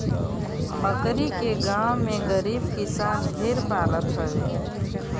बकरी के गांव में गरीब किसान ढेर पालत हवे